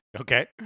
Okay